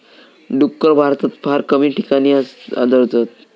डुक्कर भारतात फार कमी ठिकाणी आढळतत